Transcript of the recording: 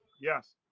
Yes